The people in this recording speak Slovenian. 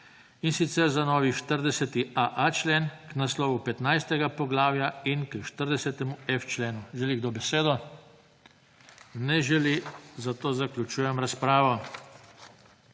in sicer za novi 40.a člen k naslovu 15. poglavja in k 40.f členu. Želi kdo besedo? (Ne.) Zaključujem razpravo.